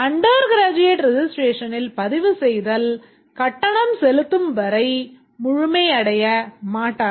Under graduate registration ல் பதிவுசெய்தல் கட்டணம் செலுத்தப்படும் வரை முழுமையடைய மாட்டாது